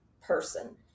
person